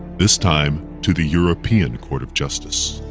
this time to the european court of justice.